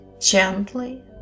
gently